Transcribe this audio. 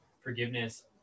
forgiveness